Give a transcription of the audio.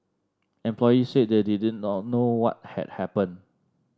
employees said they did not know what had happened